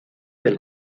del